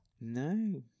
No